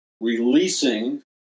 releasing